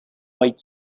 white